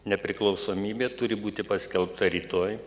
nepriklausomybė turi būti paskelbta rytoj